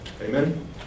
Amen